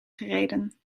gereden